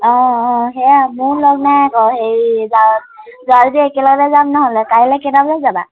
অঁ অঁ সেয়াই মোৰো লগ নাই আকৌ হেৰি যা যায় যদি একেলগতে যাম নহ'লে কাইলৈ কেইটা বজাত যাবা